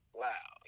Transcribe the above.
wow